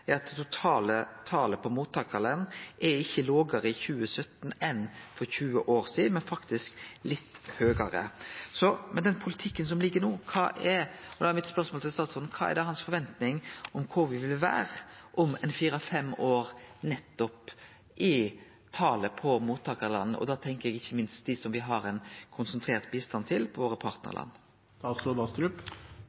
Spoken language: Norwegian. er at det totale talet på mottakarland ikkje er lågare i 2017 enn for 20 år sidan, men faktisk litt høgare. Med den politikken som er no, er mitt spørsmål til statsråden kvar han forventar at me vil vere om fire–fem år når det gjeld talet på mottakarland, og da tenkjer eg ikkje minst på dei som me har konsentrert bistand til, våre